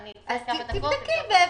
אז תבדקי.